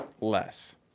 less